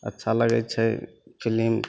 अच्छा लागै छै फिलिम